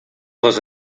les